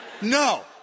No